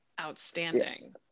Outstanding